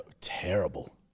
Terrible